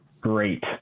great